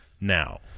Now